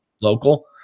local